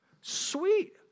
Sweet